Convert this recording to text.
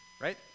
right